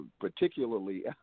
particularly